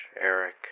Eric